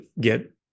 get